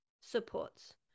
supports